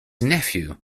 nephew